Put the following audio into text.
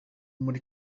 muri